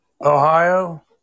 Ohio